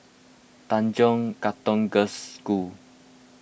Tanjong Katong Girls' School